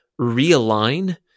realign